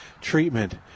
treatment